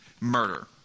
murder